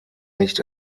nicht